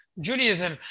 Judaism